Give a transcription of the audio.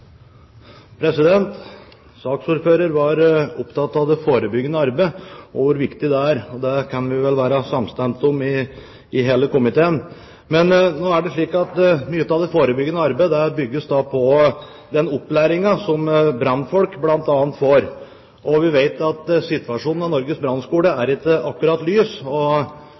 og det kan vi vel være samstemte om i hele komiteen. Nå er det slik at mye av det forebyggende arbeidet bygges på den opplæringen som brannfolk bl.a. får, og vi vet at situasjonen ved Norges brannskole ikke akkurat er lys,